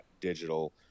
digital